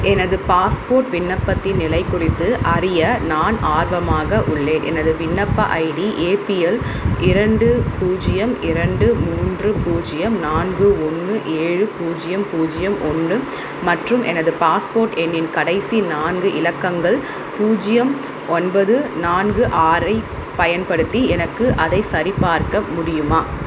எனது பாஸ்போர்ட் விண்ணப்பத்தின் நிலை குறித்து அறிய நான் ஆர்வமாக உள்ளேன் எனது விண்ணப்ப ஐடி ஏ பி எல் இரண்டு பூஜ்ஜியம் இரண்டு மூன்று பூஜ்ஜியம் நான்கு ஒன்று ஏழு பூஜ்ஜியம் பூஜ்ஜியம் ஒன்னு மற்றும் எனது பாஸ்போர்ட் எண்ணின் கடைசி நான்கு இலக்கங்கள் பூஜ்ஜியம் ஒன்பது நான்கு ஆறை பயன்படுத்தி எனக்கு அதை சரிபார்க்க முடியுமா